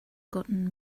gotten